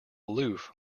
aloof